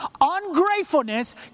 ungratefulness